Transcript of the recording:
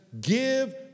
Give